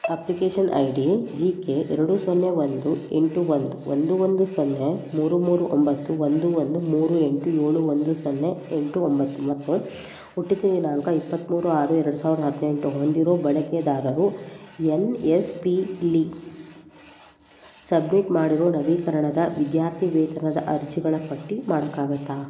application ID G K ಎರಡು ಸೊನ್ನೆ ಒಂದು ಎಂಟು ಒಂದು ಒಂದು ಒಂದು ಸೊನ್ನೆ ಮೂರು ಮೂರು ಒಂಬತ್ತು ಒಂದು ಒಂದು ಮೂರು ಎಂಟು ಏಳು ಒಂದು ಸೊನ್ನೆ ಎಂಟು ಒಂಬತ್ತು ಮತ್ತು ಹುಟ್ಟಿದ ದಿನಾಂಕ ಇಪ್ಪತ್ಮೂರು ಆರು ಎರಡು ಸಾವ್ರದ ಹದಿನೆಂಟು ಹೊಂದಿರುವ ಬಳಕೆದಾರರು ಎನ್ ಎಸ್ ಪಿಲಿ ಸಬ್ಮಿಟ್ ಮಾಡಿರೋ ನವೀಕರಣದ ವಿದ್ಯಾರ್ಥಿ ವೇತನದ ಅರ್ಜಿಗಳ ಪಟ್ಟಿ ಮಾಡಕ್ಕಾಗತ್ತಾ